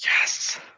Yes